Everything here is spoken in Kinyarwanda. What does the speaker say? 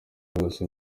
ryose